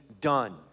done